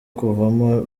kuvamo